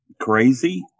crazy